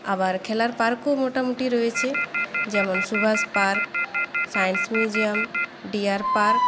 আবার খেলার পার্কও মোটামুটি রয়েছে যেমন Subhash park science museum deer park